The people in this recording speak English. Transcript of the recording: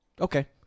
Okay